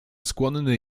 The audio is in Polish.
skłonny